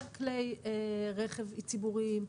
יותר כלי רכב ציבוריים,